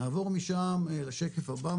נעבור משם לשקף הבא,